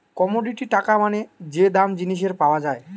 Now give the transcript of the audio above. commodity টাকা মানে যে দাম জিনিসের পাওয়া যায়